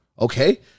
okay